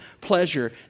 pleasure